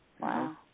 Wow